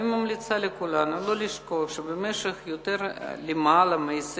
אני ממליצה לכולנו לא לשכוח שבמשך למעלה מ-20